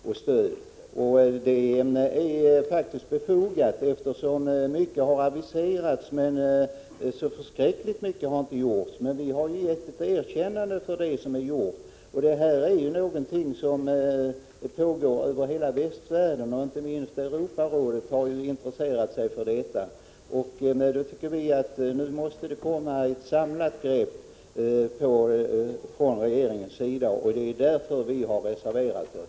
Men missnöjet är faktiskt befogat, eftersom mycket har aviserats men inte särskilt mycket har gjorts. Vi har dock gett ett erkännande för det som är gjort. Det här är frågor som har uppmärksammats över hela västvärlden. Inte minst Europarådet har intresserat sig för dem. Vi tycker därför att regeringen måste ta ett samlat grepp över problemen. Det är anledningen till att vi har reserverat oss.